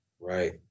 Right